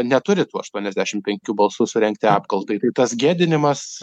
neturi tų aštuoniasdešimt penkių balsų surengti apkaltai tai tas gėdinimas